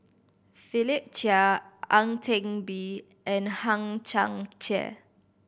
Philip Chia Ang Teck Bee and Hang Chang Chieh